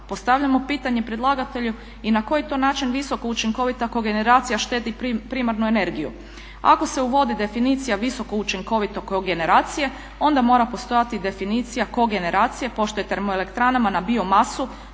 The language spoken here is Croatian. Postavljamo pitanje predlagatelju i na koji to način visoko učinkovita kogeneracija štedi primarnu energiju? Ako se uvodi definicija visoko učinkovite kogeneracije onda mora postojati definicija kogeneracije pošto je termoelektranama na biomasu